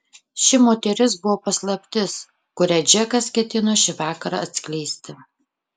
ši moteris buvo paslaptis kurią džekas ketino šį vakarą atskleisti